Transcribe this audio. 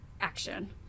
action